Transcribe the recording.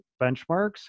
benchmarks